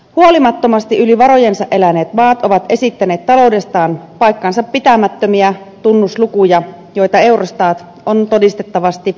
huolimattomasti yli varojensa eläneet maat ovat esittäneet taloudestaan paikkansapitämättömiä tunnuslukuja joita eurostat on todistettavasti korjannut